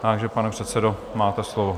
Takže pane předsedo, máte slovo.